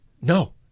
No